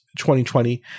2020